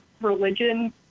religion